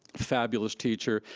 fabulous teacher.